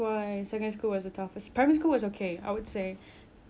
macam compared to primary and secondary secondary school